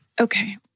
Okay